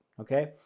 okay